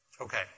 Okay